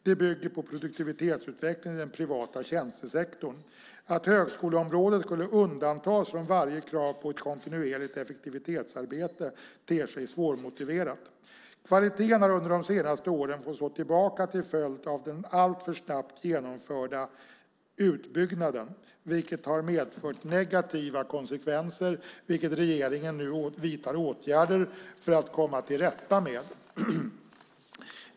Det bygger på produktivitetsutvecklingen i den privata tjänstesektorn. Att högskoleområdet skulle undantas från varje krav på ett kontinuerligt effektivitetsarbete ter sig svårmotiverat. Kvaliteten har under de senaste åren fått stå tillbaka till följd av den alltför snabbt genomförda utbyggnaden, vilket har medfört negativa konsekvenser, vilket regeringen nu vidtar åtgärder för att komma till rätta med.